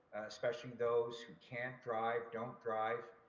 especially those who can't drive, don't drive,